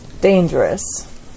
dangerous